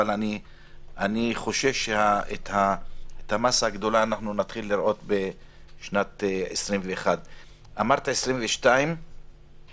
אבל אני חושש שאת המאסה הגדולה נתחיל לראות בשנת 2021. אמרת 22,000,